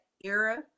era